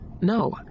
No